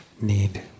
need